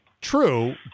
True